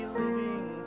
living